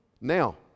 Now